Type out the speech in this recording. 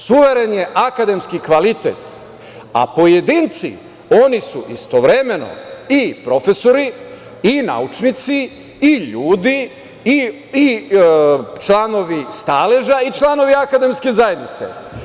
Suveren je akademski kvalitet, a pojedinci, oni su istovremeno i profesori i naučnici i ljudi i članovi staleža i članovi akademske zajednice.